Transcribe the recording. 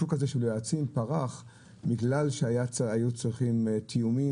השוק הזה של יועצים פרח בגלל שהיו צריכים תיאומים